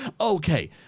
Okay